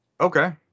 okay